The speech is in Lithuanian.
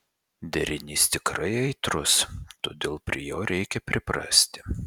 derinys tikrai aitrus todėl prie jo reikia priprasti